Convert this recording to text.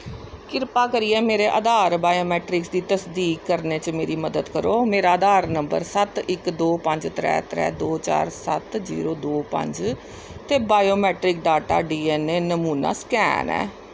कृपा करियै मेरे आधार बायोमेट्रिक्स दी तसदीक करने च मेरी मदद करो मेरा आधार नंबर सत्त इक दो पंज त्रै त्रै दो चार सत्त जीरो दो पंज ते biometric data D N A नमूना स्कैन ऐ